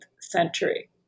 century